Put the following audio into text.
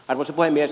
arvoisa puhemies